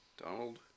Donald